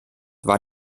war